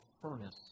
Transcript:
furnace